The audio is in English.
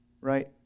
right